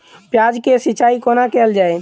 प्याज केँ सिचाई कोना कैल जाए?